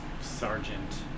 Sergeant